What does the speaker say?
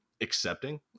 accepting